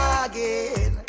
again